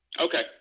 Okay